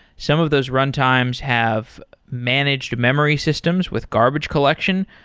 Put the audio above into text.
some of those runtimes have managed memory systems with garbage collection.